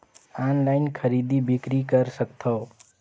Online खरीदी बिक्री कर सकथव?